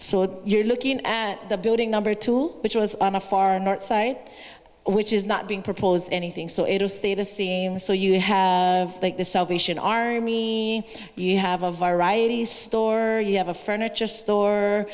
that you're looking at the building number tool which was on the far north side which is not being proposed anything so it'll stay in a seam so you have like the salvation army you have a virally store you have a furniture store